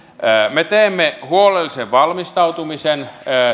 me teemme huolellisen valmistautumisen